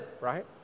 right